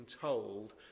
told